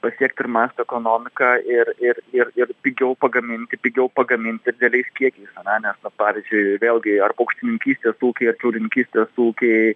pasiekt ir masto ekonomiką ir ir ir ir pigiau pagaminti pigiau pagaminti dideliais kiekiais ane nes na pavyzdžiui vėlgi ar paukštininkystės ūkiai ar kiaulininkystės ūkiai